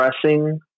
pressing